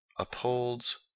upholds